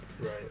Right